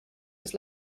was